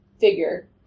figure